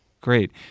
Great